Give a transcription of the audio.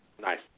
Nice